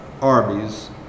Arby's